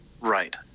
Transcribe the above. right